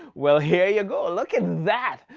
well here you go. ah look at that.